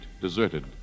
deserted